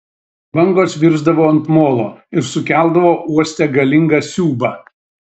bangos virsdavo ant molo ir sukeldavo uoste galingą siūbą